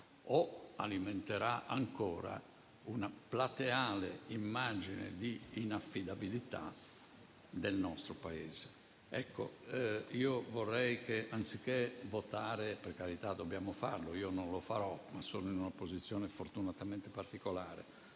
o alimenterà, ancora, una plateale immagine di inaffidabilità del nostro Paese? Io vorrei che, anziché votare (per carità, dobbiamo farlo; io non lo farò, ma sono in una posizione fortunatamente particolare)